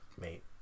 Mate